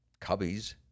cubbies